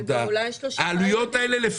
העלויות האלה,